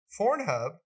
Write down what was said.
Fornhub